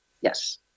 Yes